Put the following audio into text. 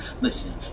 listen